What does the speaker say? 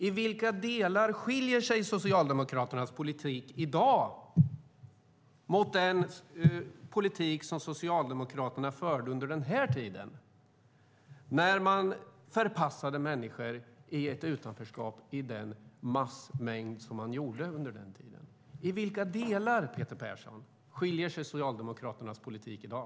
I vilka delar skiljer sig Socialdemokraternas politik i dag mot den politik som Socialdemokraterna förde under den tid då man förpassade människor i massmängd till ett utanförskap?